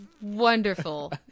wonderful